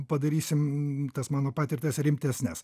padarysim tas mano patirtis rimtesnes